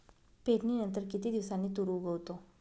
पेरणीनंतर किती दिवसांनी तूर उगवतो?